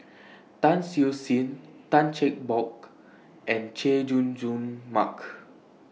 Tan Siew Sin Tan Cheng Bock and Chay Jung Jun Mark